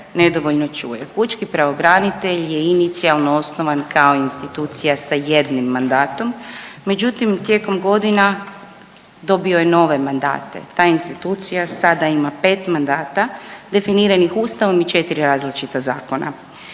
nedovoljno čuje. Pučki pravobranitelj je inicijalno osnovan kao institucija sa jednim mandatom. Međutim, tijekom godina dobio je nove mandate. Ta institucija sada ima 5 mandata definiranih Ustavom i 4 različita zakona